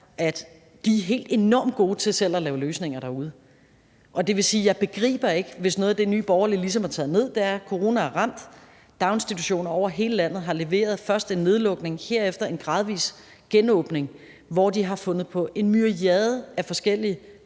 at de er helt enormt gode til selv at lave løsninger derude, og jeg begriber det ikke, hvis det, Nye Borgerlige tænker, efter at corona har ramt, hvor dagsinstitutioner over hele landet har leveret først en nedlukning, herefter en gradvis genåbning, hvor de har fundet på en myriade af forskellige